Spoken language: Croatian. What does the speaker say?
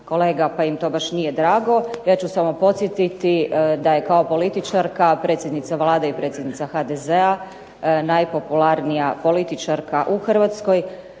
kolega pa im to baš nije drago. Ja ću samo podsjetiti da je kao političarka predsjednica Vlade i predsjednica HDZ-a najpopularnija političarka u Hrvatskoj,